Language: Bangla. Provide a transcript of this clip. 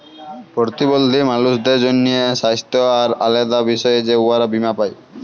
পরতিবল্ধী মালুসদের জ্যনহে স্বাস্থ্য আর আলেদা বিষয়ে যে উয়ারা বীমা পায়